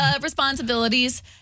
responsibilities